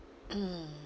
mm